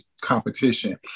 competition